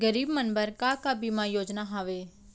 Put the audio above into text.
गरीब मन बर का का बीमा योजना हावे?